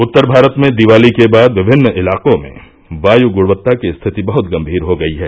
उत्तर भारत में दिवाली के बाद विभिन्न इलाकों में वायु गुणवत्ता की स्थिति बहुत गंभीर हो गई है